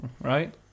right